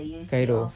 cairo